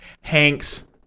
Hanks